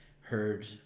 heard